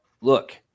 look